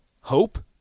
hope